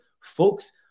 folks